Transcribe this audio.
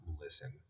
listen